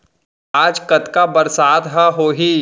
आज कतका बरसात ह होही?